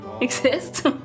Exist